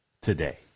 today